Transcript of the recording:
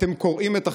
אתם קורעים את החבל.